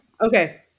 Okay